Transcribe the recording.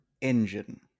engine